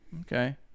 Okay